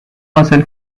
حاصل